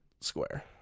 square